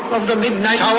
of the midnight hour.